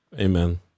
Amen